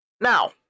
Now